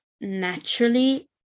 naturally